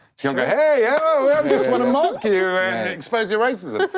you don't go, hey, oh, i just wanna mock you and expose your racism.